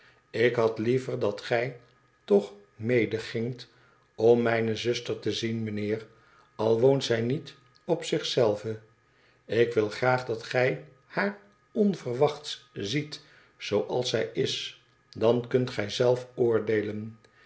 lik had liever dat gij toch medegingt om mijne zuster te zien mijnheer al woont zij niet op zich zelve ik wil graag dat gij haar onverwachts ziet zooals zij is dan kunt gij zelf oordeelen